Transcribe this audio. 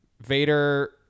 Vader